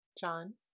John